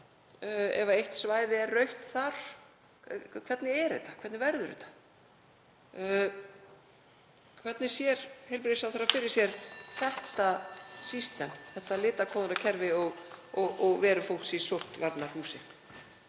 ef eitt svæði er rautt þar? Hvernig er þetta? Hvernig verður þetta? Hvernig sér heilbrigðisráðherra fyrir sér þetta system, litakóðunarkerfið og veru fólks í sóttvarnahúsi?